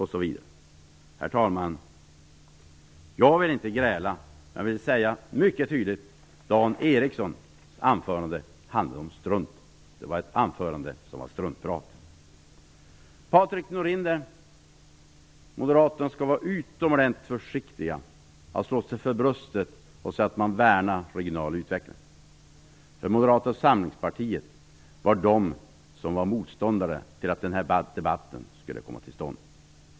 Herr talman! Jag vill inte gräla. Jag vill säga mycket tydligt att Dan Ericssons anförande handlade om strunt. Det var ett anförande som var struntprat. Patrik Norinder och Moderaterna skall vara utomordentligt försiktiga med att slå sig för bröstet och säga att de värnar regional utveckling. Moderata samlingspartiet var motståndare till att denna debatt skulle komma till stånd.